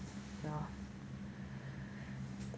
ya